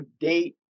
date